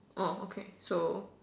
okay so